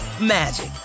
magic